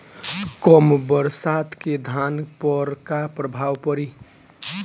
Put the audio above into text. कम बरसात के धान पर का प्रभाव पड़ी?